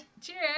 Cheers